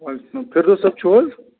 وعلیکُم سلام فردوس صٲب چھُو حظ